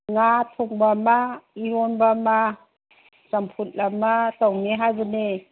ꯉꯥ ꯊꯣꯡꯕ ꯑꯃ ꯏꯔꯣꯝꯕ ꯑꯃ ꯆꯝꯐꯨꯠ ꯑꯃ ꯇꯧꯅꯦ ꯍꯥꯏꯕꯅꯦ